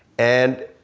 and